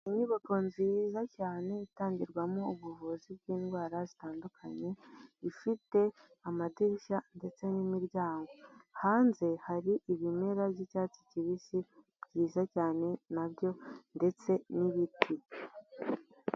Inyubako nziza cyane itangirwamo ubuvuzi bw'indwara zitandukanye, ifite amadirishya ndetse n'imiryango, hanze hari ibimera by'icyatsi kibisi byiza cyane na byo ndetse n'ibiti.